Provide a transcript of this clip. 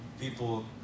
people